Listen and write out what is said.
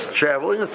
traveling